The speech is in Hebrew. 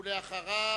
ואחריו,